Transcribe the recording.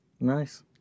Nice